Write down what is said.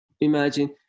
imagine